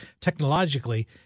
technologically